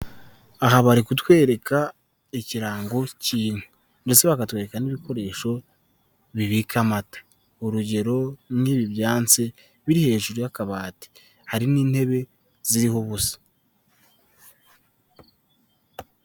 Aha bari kutwereka ikirango cy'inka ndetse bakatwereka n'ibikoresho bibika amata urugero nk'ibi byansi biri hejuru y'akabati hari n'intebe ziriho ubusa.